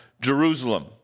Jerusalem